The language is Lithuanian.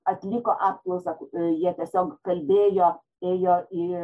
atliko apklausą jie tiesiog kalbėjo ėjo į